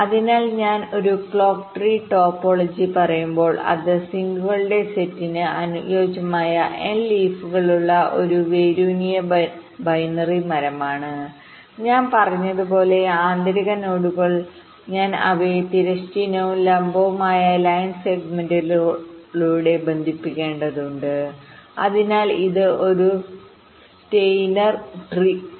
അതിനാൽ ഞാൻ ഒരു ക്ലോക്ക് ട്രീ ടോപ്പോളജിപറയുമ്പോൾ അത് സിങ്കുകളുടെ സെറ്റിന് അനുയോജ്യമായ എൻ ലീഫ് കളുള്ള ഒരു വേരൂന്നിയ ബൈനറി മരമാണ് ഞാൻ പറഞ്ഞതുപോലെ ആന്തരിക നോഡുകൾ ഞാൻ അവയെ തിരശ്ചീനവും ലംബവുമായ ലൈൻ സെഗ്മെന്റുകളിലൂടെ ബന്ധിപ്പിക്കേണ്ടതുണ്ട് അതിനാൽ ഇത് ഒരു സ്റ്റെയ്നർ ട്രീsteiner tree